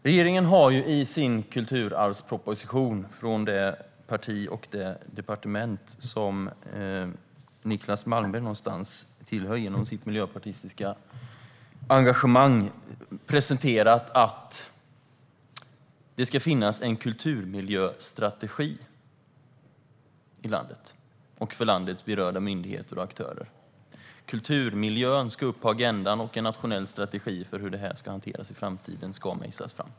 Regeringen har i sin kulturarvsproposition - från det parti och det departement som Niclas Malmberg tillhör genom sitt miljöpartistiska engagemang - presenterat att det ska finnas en kulturmiljöstrategi i landet för landets berörda myndigheter och aktörer. Kulturmiljön ska upp på agendan, och en nationell strategi för hur kulturen ska hanteras i framtiden ska mejslas fram.